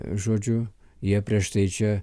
žodžiu jie prieš tai čia